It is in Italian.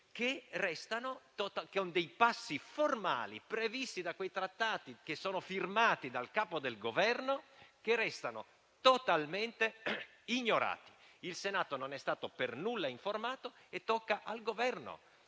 e vi sono dei passi formali previsti da quei Trattati, firmati dal Capo del Governo, che restano totalmente ignorati. Il Senato non è stato per nulla informato e tocca al Governo